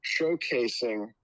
showcasing